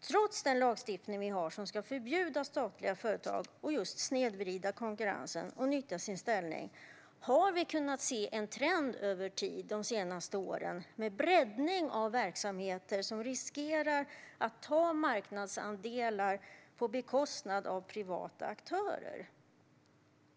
Trots att vi har en lagstiftning som ska förbjuda statliga företag att just snedvrida konkurrensen och nyttja sin ställning har vi de senaste åren kunnat se en trend med en breddning av verksamheter som riskerar att ta marknadsandelar på bekostnad av privata aktörer.